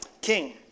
king